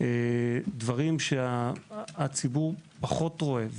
דברים שהציבור פחות רואה,